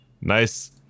nice